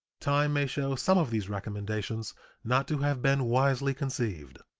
time may show some of these recommendations not to have been wisely conceived,